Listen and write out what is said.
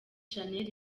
shanel